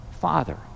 Father